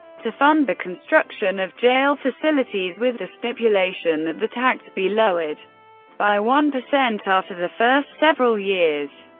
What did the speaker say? to fund the construction of jail facilities with the stipulation that the tax be lowered by one percent after the first several years.